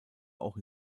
auch